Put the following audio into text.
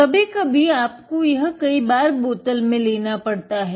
कभी कभी आपको यह कई बार बोतल में लेना पड़ता है